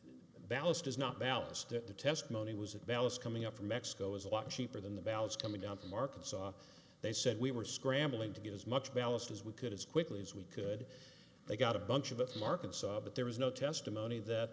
at the testimony was that ballast coming up from mexico is a lot cheaper than the ballots coming down from arkansas they said we were scrambling to get as much ballast as we could as quickly as we could they got a bunch of the from arkansas but there was no testimony the